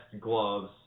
gloves